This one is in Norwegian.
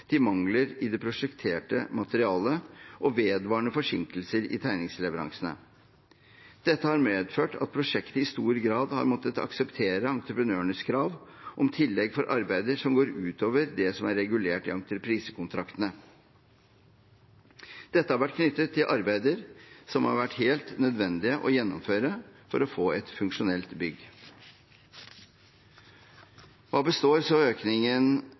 til mangler i det prosjekterte materialet og vedvarende forsinkelser i tegningsleveransene. Dette har medført at prosjektet i stor grad har måttet akseptere entreprenørenes krav om tillegg for arbeider som går utover det som er regulert i entreprisekontraktene. Dette har vært knyttet til arbeider som har vært helt nødvendige å gjennomføre for å få et funksjonelt bygg. Hva består så økningen